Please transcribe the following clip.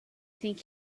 think